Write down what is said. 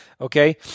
Okay